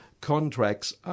contracts